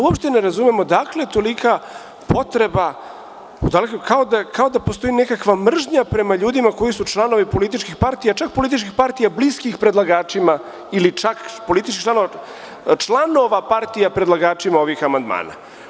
Uopšte ne razumem odakle tolika potreba, kao da postoji nekakva mržnja prema ljudima koji su članovi političkih partija, čak političkih partija bliskih predlagačima ili članova partija predlagačima ovih amandmana.